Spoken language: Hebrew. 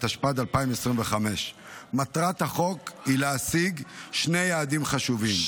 התשפ"ד 2025. מטרת החוק היא להשיג שני יעדים חשובים: